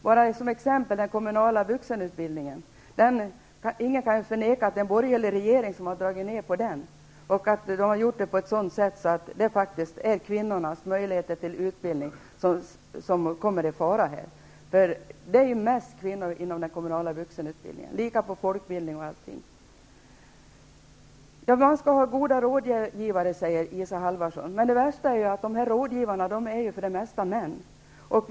När det t.ex. gäller den kommunala vuxenutbildningen kan ingen förneka att det är den borgerliga regeringen som har dragit ner på den och att man har gjort det på ett sådant sätt att just kvinnornas möjligheter till utbildning kommer i fara. Det är mest kvinnor inom den kommunala vuxenutblidningen liksom inom folkbildningen. Man skall ha goda rådgivare, säger Isa Halvarsson. Men det värsta är att rådgivarna för det mesta är män.